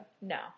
no